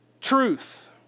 truth